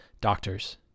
Doctors